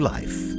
Life